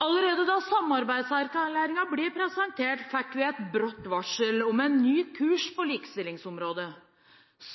Allerede da samarbeidserklæringen ble presentert, fikk vi et brått varsel om en ny kurs på likestillingsområdet.